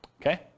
okay